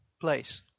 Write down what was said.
place